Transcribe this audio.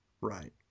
Right